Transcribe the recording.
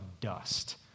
dust